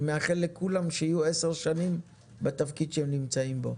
אני מאחל לכולם שיהיו עשר שנים בתפקיד שהם נמצאים בו,